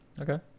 Okay